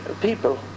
people